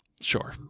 sure